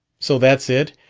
so that's it?